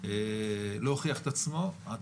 גופי הכשרות,